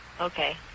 Okay